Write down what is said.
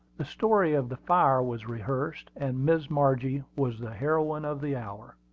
the story of the fire was rehearsed, and miss margie was the heroine of the hour.